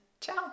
ciao